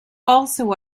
also